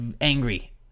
angry